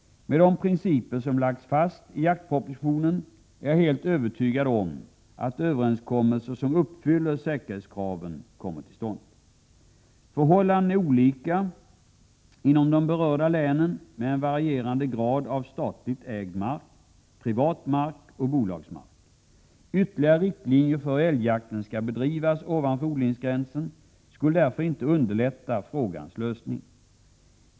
Med de principer som lagts fast i jaktpropositionen är jag helt övertygad om att överenskommelser som uppfyller säkerhetskraven kommer till stånd. Förhållandena är olika inom de berörda länen med en varierande grad av statligt ägd mark, privat mark och bolagsmark. Ytterligare riktlinjer för hur älgjakten skall bedrivas ovanför odlingsgränsen skulle därför inte underlätta frågans lösning.